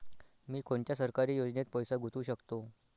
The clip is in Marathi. मी कोनच्या सरकारी योजनेत पैसा गुतवू शकतो?